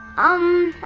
umm